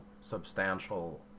substantial